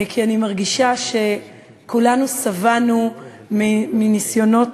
כי אני מרגישה שכולנו שבענו מניסיונות